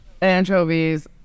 anchovies